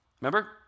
Remember